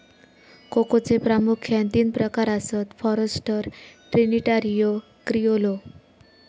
कोकोचे प्रामुख्यान तीन प्रकार आसत, फॉरस्टर, ट्रिनिटारियो, क्रिओलो